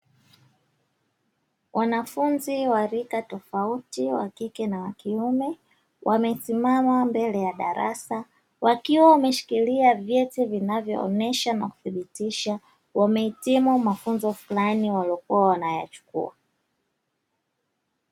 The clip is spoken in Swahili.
Wanafunzi wa rika tofauti wa kike na wa kiume, wamesimama mbele ya darasa, wakiwa wameshikilia vyeti vinavyoonyesha na kuthibitisha wamehitimu mafunzo fulani waliokuwa wanayachukua.